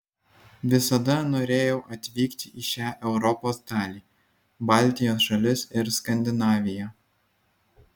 visada norėjau atvykti į šią europos dalį baltijos šalis ir skandinaviją